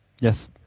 Yes